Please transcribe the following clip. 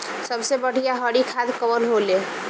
सबसे बढ़िया हरी खाद कवन होले?